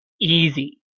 easy